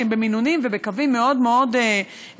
כי הן במינונים ובקווים מאוד מאוד ממוקדים,